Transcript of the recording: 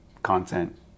content